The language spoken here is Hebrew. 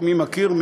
מי מכיר,